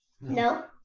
No